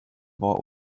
vault